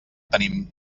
tenim